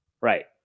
right